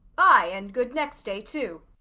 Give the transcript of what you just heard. ay, and good next day too.